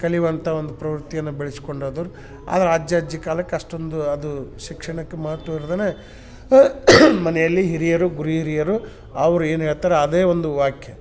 ಕಲಿಯುವಂಥ ಒಂದು ಪ್ರವೃತ್ತಿಯನ್ನು ಬೆಳೆಸ್ಕೊಂಡಾದವ್ರ್ ಆದ್ರೆ ಅಜ್ಜ ಅಜ್ಜಿ ಕಾಲಕ್ಕೆ ಅಷ್ಟೊಂದು ಅದು ಶಿಕ್ಷಣಕ್ಕೆ ಮಹತ್ವ ಇರ್ದೇ ಮನೆಯಲ್ಲಿ ಹಿರಿಯರು ಗುರುಹಿರಿಯರು ಅವ್ರು ಏನು ಹೇಳ್ತಾರೆ ಅದೇ ಒಂದು ವಾಕ್ಯ